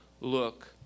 look